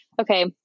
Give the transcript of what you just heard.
Okay